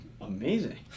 amazing